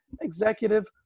executive